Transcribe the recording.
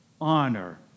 honor